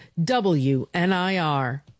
WNIR